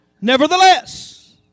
Nevertheless